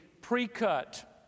pre-cut